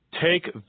Take